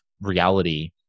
reality